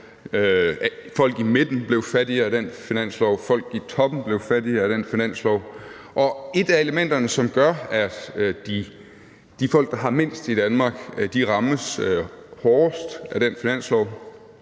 Folk i midten blev fattigere af den finanslov. Folk i toppen blev fattigere af den finanslov. Og et af elementerne, som gør, at de folk, der har mindst i Danmark, rammes hårdest af den finanslov,